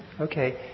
Okay